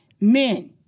men